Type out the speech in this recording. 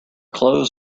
clothes